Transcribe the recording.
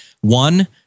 One